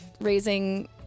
raising